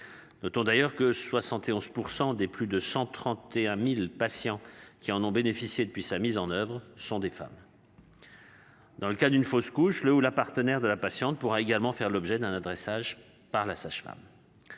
Notons d'ailleurs que 71% des plus de 131.000 patients qui en ont bénéficié depuis sa mise en oeuvre sont des femmes. Dans le cas d'une fausse couche le ou la partenaire de la patiente pourra également faire l'objet d'un adressage par la sage-femme.